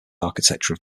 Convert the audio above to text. architecture